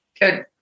Good